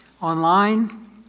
online